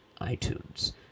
iTunes